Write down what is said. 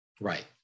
Right